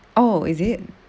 oh is it